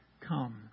come